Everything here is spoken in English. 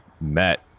met